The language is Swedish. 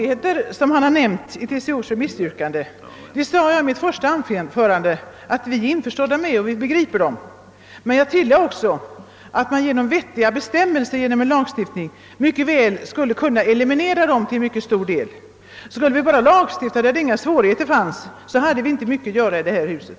Herr talman! Jag sade redan i mitt första anförande att vi är införstådda med de svårigheter som har nämnts i TCO:s yttrande, men jag tillade också att man genom vettiga bestämmelser i en lagstiftning mycket väl skulle kunna eliminera dessa till mycket stor del. Skulle vi bara lagstifta där inga svårigheter fanns hade vi inte mycket att göra i det här huset.